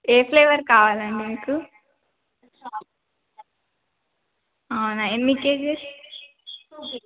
ఏ flavour కావాలండి మీకు అవునా ఎన్ని కేజీస్ టూ కేజి